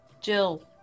Jill